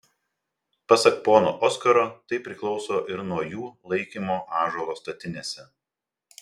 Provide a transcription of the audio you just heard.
pasak pono oskaro tai priklauso ir nuo jų laikymo ąžuolo statinėse